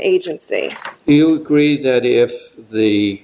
agency do you agree that if the